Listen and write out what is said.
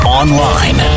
online